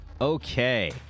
Okay